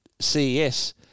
CES